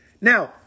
Now